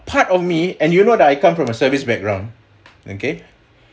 part of me and you know that I come from a service background okay